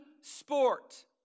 sport